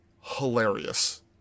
hilarious